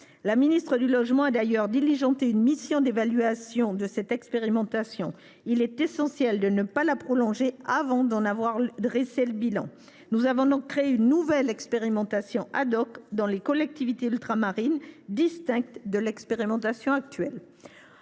La ministre du logement a diligenté une mission d’évaluation de cette expérimentation. Il est essentiel de ne pas la prolonger avant d’en avoir dressé le bilan. Nous avons ainsi créé une nouvelle expérimentation dans les collectivités ultramarines, distincte de l’expérimentation actuelle.